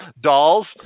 dolls